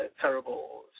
terrible